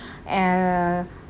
um